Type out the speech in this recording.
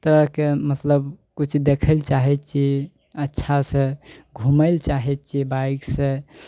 तरहके मतलब किछु देखय लए चाहय छियै अच्छासँ घुमय लए चाहय छियै बाइकसँ